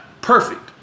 perfect